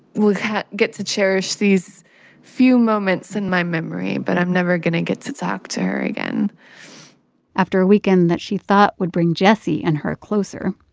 will get to cherish these few moments in my memory but i'm never going to get to talk to her again after a weekend that she thought would bring jessie and her closer,